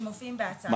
שמופיעים בהצעה.